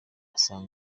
asaga